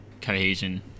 cohesion